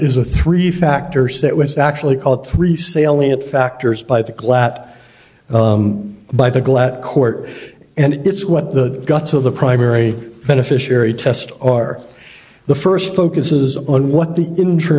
is a three factor so that was actually called three salient factors by the glatt by the glatt court and it's what the guts of the primary beneficiary test are the first focuses on what the in